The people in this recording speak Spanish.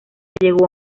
llegó